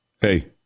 hey